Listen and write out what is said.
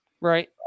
Right